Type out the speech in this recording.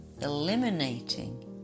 eliminating